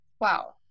wow